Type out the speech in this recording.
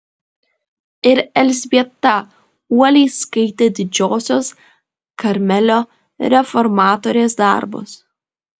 ir elzbieta uoliai skaitė didžiosios karmelio reformatorės darbus